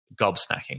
gobsmacking